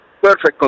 Perfect